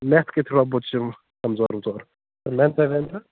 math کہِ تھوڑا بہت چھُے کمزور ومزور کَر محنتاہ وحنتاہ